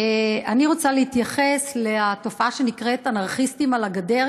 אני רוצה להתייחס לתופעה שנקראת אנרכיסטים על הגדר,